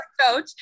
coach